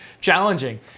challenging